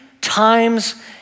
times